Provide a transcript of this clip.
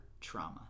trauma